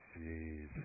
Jeez